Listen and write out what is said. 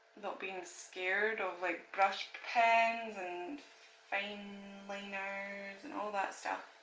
not being scared of like brush pens and fine liners and all that stuff